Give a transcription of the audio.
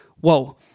whoa